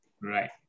right